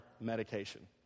medication